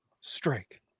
strike